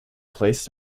place